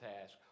task